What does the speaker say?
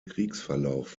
kriegsverlauf